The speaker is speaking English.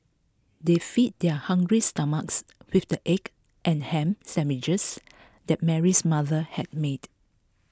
they fed their hungry stomachs with the egg and ham sandwiches that Mary's mother had made